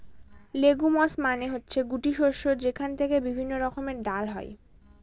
legumes মানে হচ্ছে গুটি শস্য যেখান থেকে বিভিন্ন রকমের ডাল হয়